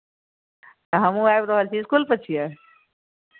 तऽ हमहूँ आबि रहल छी इसकुलपर छियै